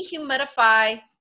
dehumidify